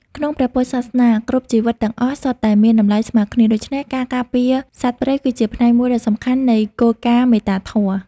ក្នុងព្រះពុទ្ធសាសនា គ្រប់ជីវិតទាំងអស់សុទ្ធតែមានតម្លៃស្មើគ្នា ដូច្នេះការការពារសត្វព្រៃគឺជាផ្នែកមួយដ៏សំខាន់នៃគោលការណ៍មេត្តាធម៌។